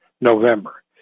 November